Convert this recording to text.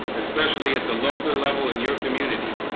especially at the local level in your community